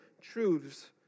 truths